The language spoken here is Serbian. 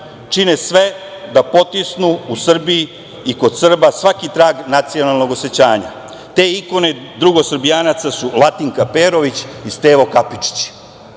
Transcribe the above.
čine sve da potisnu u Srbiji i kod Srba svaki trag nacionalnog osećanja, te ikone drugosrbijanaca su Latinka Perović i Stevo Kapičić.